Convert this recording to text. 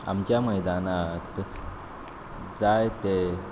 आमच्या मैदानांत जायते